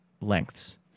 lengths